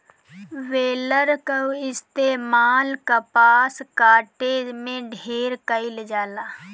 baler कअ इस्तेमाल कपास काटे में ढेर कइल जाला